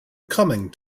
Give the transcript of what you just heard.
coming